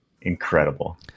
Incredible